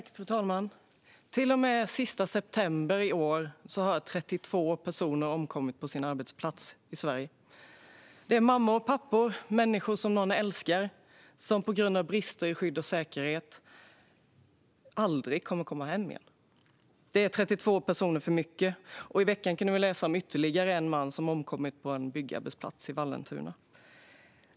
Fru talman! Till och med den sista september har i år 32 personer omkommit på sin arbetsplats i Sverige. Det är mammor och pappor, människor som någon älskar, som på grund av brister i skydd och säkerhet aldrig kommer att komma hem igen. Det är 32 personer för mycket. Och i veckan kunde vi läsa om ytterligare en man som omkommit på en byggarbetsplats i Vallentuna.